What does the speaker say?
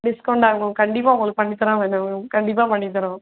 டிஸ்கவுண்ட்டாக ma'am கண்டிப்பாக உங்களுக்கு பண்ணித்தராமல் என்ன மேம் கண்டிப்பாக பண்ணித்தரோம்